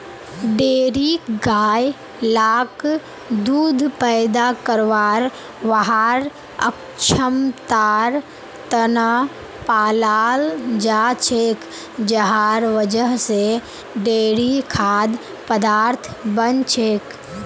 dairy गाय लाक दूध पैदा करवार वहार क्षमतार त न पालाल जा छेक जहार वजह से डेयरी खाद्य पदार्थ बन छेक